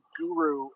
guru